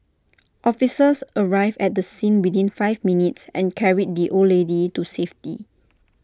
officers arrived at the scene within five minutes and carried the old lady to safety